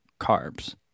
carbs